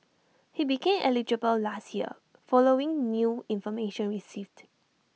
he became eligible last year following new information received